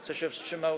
Kto się wstrzymał?